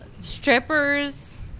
Strippers